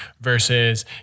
versus